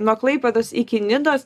nuo klaipėdos iki nidos